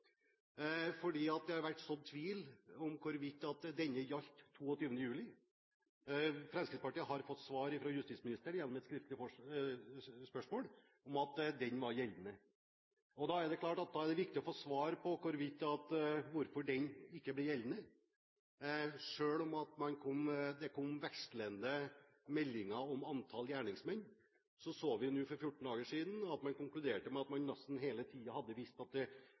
det er blitt sådd tvil om hvorvidt denne gjaldt 22. juli. Fremskrittspartiet har fått svar fra justisministeren på et skriftlig spørsmål, om at den var gjeldende, og da er det klart at det er viktig å få svar på hvorfor den ikke ble gjeldende. Selv om det kom vekslende meldinger om antall gjerningsmenn, så vi for 14 dager siden at det ble konkludert med at man nesten hele tiden hadde visst at det